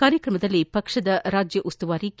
ಕಾರ್ಯಕ್ರಮದಲ್ಲಿ ಪಕ್ಷದ ರಾಜ್ಯ ಉಸ್ತುವಾರಿ ಕೆ